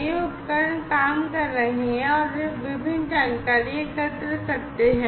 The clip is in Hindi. ये उपकरण काम कर रहे हैं और वे विभिन्न जानकारी एकत्र करते हैं